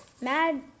Mad